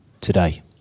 today